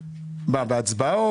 מה, בהצבעה?